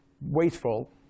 wasteful